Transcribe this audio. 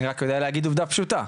אני רק יודע להגיד עובדה פשוטה,